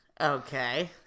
Okay